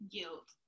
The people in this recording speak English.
Guilt